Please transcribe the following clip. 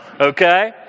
Okay